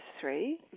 three